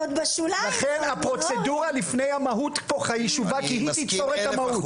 לכן הפרוצדורה לפני המהות פה חשובה כי היא תתפור את המהות.